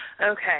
Okay